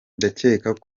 ndakeka